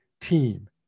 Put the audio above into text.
team